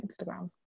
instagram